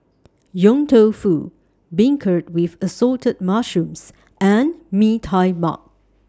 Yong Tau Foo Beancurd with Assorted Mushrooms and Mee Tai Mak